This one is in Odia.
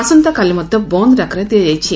ଆସନ୍ତାକାଲି ମଧ ବନ୍ଦ ଡାକରା ଦିଆଯାଇଛି